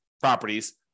properties